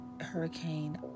Hurricane